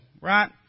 right